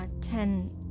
ten